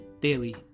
Daily